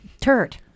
turd